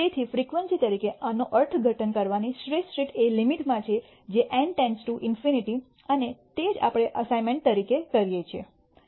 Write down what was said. તેથી ફ્રીક્વન્સી તરીકે આનો અર્થઘટન કરવાની શ્રેષ્ઠ રીત એ લિમિટમાં છે જે N ટેન્ડ્સ ટુ ∞ અને તે જ આપણે અસાઇમેન્ટ તરીકે કરીએ છીએ